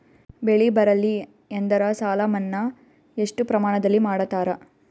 ಬೆಳಿ ಬರಲ್ಲಿ ಎಂದರ ಸಾಲ ಮನ್ನಾ ಎಷ್ಟು ಪ್ರಮಾಣದಲ್ಲಿ ಮಾಡತಾರ?